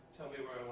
tell me where